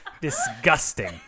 Disgusting